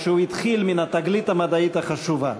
כשהוא התחיל מן התגלית המדעית החשובה,